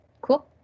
cool